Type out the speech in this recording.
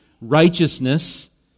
righteousness